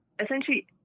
essentially